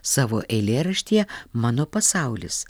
savo eilėraštyje mano pasaulis